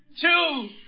Two